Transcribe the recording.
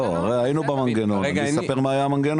לא, הרי היינו במנגנון, אני אספר מה המנגנון.